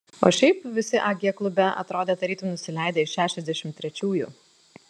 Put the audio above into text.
o šiaip visi ag klube atrodė tarytum nusileidę iš šešiasdešimt trečiųjų